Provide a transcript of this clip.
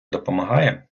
допомагає